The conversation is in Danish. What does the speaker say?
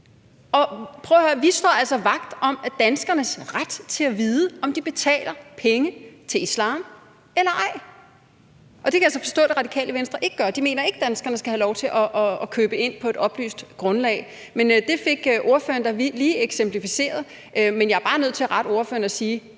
Vi står altså vagt om danskernes ret til at vide, om de betaler penge til islam eller ej. Det kan jeg så forstå at Det Radikale Venstre ikke gør. De mener ikke, at danskerne skal have lov til at købe ind på et oplyst grundlag. Det fik ordføreren da lige eksemplificeret. Men jeg er bare nødt til at rette ordføreren og sige,